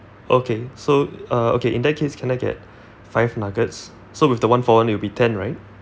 okay so uh okay in that case can I get five nuggets so with the one for one it will be ten right